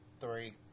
Three